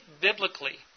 biblically